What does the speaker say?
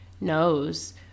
knows